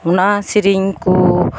ᱚᱱᱟ ᱥᱮᱨᱮᱧ ᱠᱚ